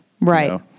Right